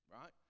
right